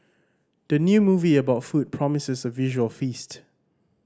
the new movie about food promises a visual feast